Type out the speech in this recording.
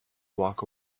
walk